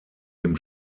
dem